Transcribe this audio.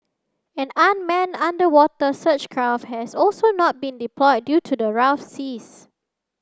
an unmanned underwater search craft has also not been deployed due to the rough seas